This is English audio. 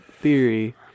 theory